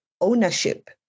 ownership